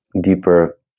deeper